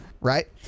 right